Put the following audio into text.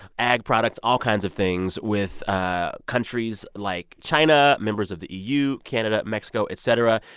ag products, all kinds of things with ah countries like china, members of the eu, canada, mexico, et cetera.